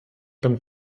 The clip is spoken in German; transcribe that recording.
beim